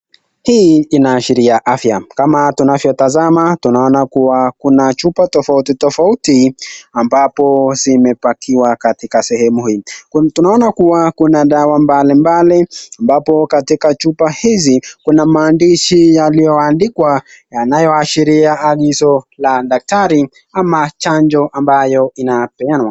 Hii inaashiria afya, kama tunavyotazama tunaona kuwa kuna chupa tofauti tofauti ambapo zimepakiwa katika sehemu hii. Tunaona kuwa kuna dawa mbalimbali ambapo katika chupa hizi kuna maandishi yalioandikwa yanayoashiria agizo la daktari ama chanjo ambayo inapeanwa.